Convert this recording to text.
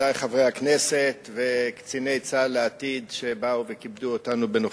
ידידי חברי הכנסת וקציני צה"ל לעתיד שבאו וכיבדו אותנו בנוכחותם,